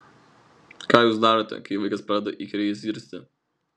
ką jūs darote kai vaikas pradeda įkyriai zirzti